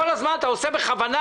כל הזמן אתה עושה בכוונה